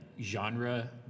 genre